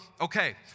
okay